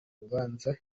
rubanza